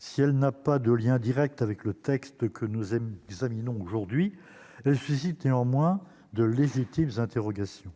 si elle n'a pas de lien Direct avec le texte que nous aime, examinons aujourd'hui elle suscite néanmoins de légitimes interrogations